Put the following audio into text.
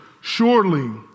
surely